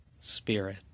spirit